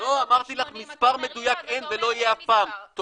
מתייחסת לדברים,